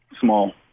Small